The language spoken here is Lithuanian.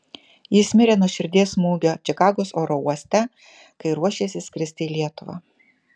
jis mirė nuo širdies smūgio čikagos oro uoste kai ruošėsi skristi į lietuvą